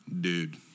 Dude